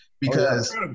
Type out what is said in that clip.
because-